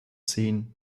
scene